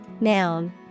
Noun